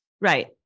right